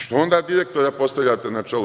Što onda direktora postavljate na čelo?